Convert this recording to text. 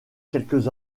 quelques